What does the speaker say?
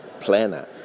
planner